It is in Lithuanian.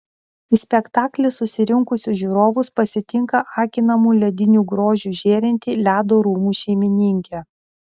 į spektaklį susirinkusius žiūrovus pasitinka akinamu lediniu grožiu žėrinti ledo rūmų šeimininkė